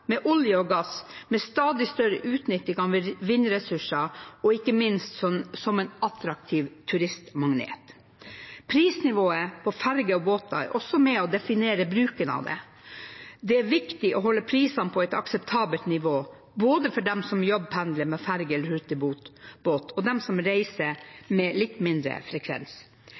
med olje- og gass, med stadig større utnytting av vindressursene og ikke minst som en attraktiv turistmagnet. Prisnivået på ferger og båter er også med på å definere bruken av dem. Det er viktig å holde prisene på et akseptabelt nivå både for dem som jobbpendler med ferge eller hurtigbåt, og for dem som reiser med litt mindre frekvens.